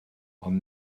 ond